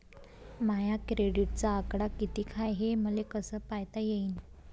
माया क्रेडिटचा आकडा कितीक हाय हे मले कस पायता येईन?